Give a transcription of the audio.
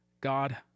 God